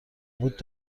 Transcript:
بود